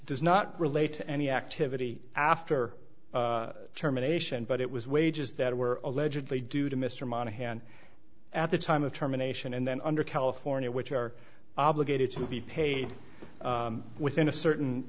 does not relate to any activity after terminations but it was wages that were allegedly due to mr monaghan at the time of terminations and then under california which are obligated to be paid within a certain